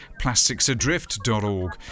plasticsadrift.org